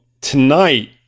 tonight-